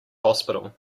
hospital